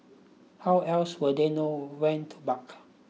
how else would they know when to bark